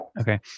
Okay